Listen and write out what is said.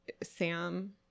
Sam